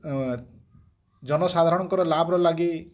ଜନସାଧାରଣଙ୍କର ଲାଭ୍ର ଲାଗି